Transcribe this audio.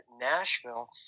Nashville